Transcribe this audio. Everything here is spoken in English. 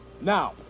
Now